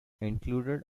included